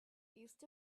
east